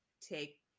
take